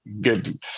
Good